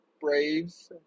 Braves